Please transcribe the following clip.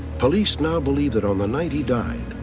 police now believe that on the night he died,